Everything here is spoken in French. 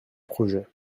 projet